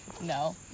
No